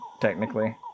technically